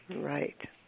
right